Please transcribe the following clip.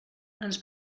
ens